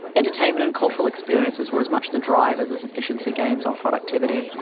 entertainment and cultural experiences were as much the drivers as efficiency gains or productivity.